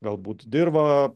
galbūt dirvą